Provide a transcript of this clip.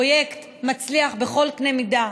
פרויקט מצליח בכל קנה מידה.